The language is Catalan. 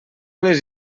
les